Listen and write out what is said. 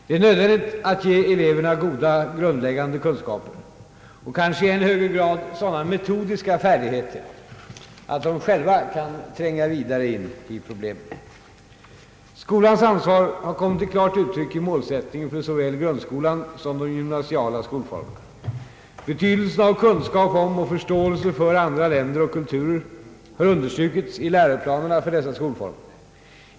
Det är nödvändigt att ge eleverna goda grundläggande kunskaper, och — kanske i än högre grad — sådana metodiska färdigheter att de själva kan tränga vidare in i problemen. Skolans ansvar har kommit till klart uttryck i målsättningen för såväl grundskolan som de gymnasiala skolformerna. Betydelsen av kunskap om och förståelse för andra länder och kulturer har understrukits i läroplanerna för dessa skolformer.